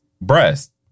breast